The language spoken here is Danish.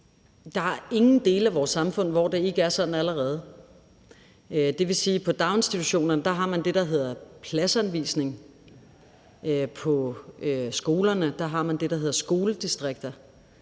Der er ingen dele af vores samfund, hvor det ikke er sådan allerede. Det vil sige, at i daginstitutionerne har man det, der hedder pladsanvisning. På skolerne har man det, der hedder skoledistrikter.